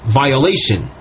violation